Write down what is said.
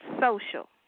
social